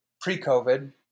pre-COVID